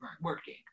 working